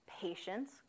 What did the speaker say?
patience